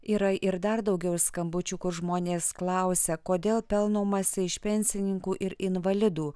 yra ir dar daugiau skambučių kur žmonės klausia kodėl pelnomasi iš pensininkų ir invalidų